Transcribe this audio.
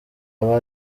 aba